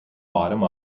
bottom